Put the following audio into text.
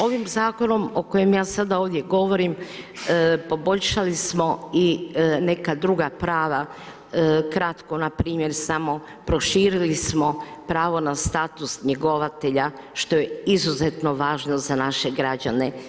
Ovim zakonom o kojem ja sad ovdje govorim, poboljšali smo i neka druga prava kratko npr. samo, proširili smo pravo na status njegovatelja, što je izuzetno važno za naše građane.